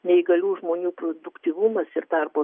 neįgalių žmonių produktyvumas ir darbo